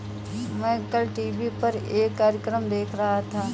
मैं कल टीवी पर एक कार्यक्रम देख रहा था